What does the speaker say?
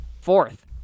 fourth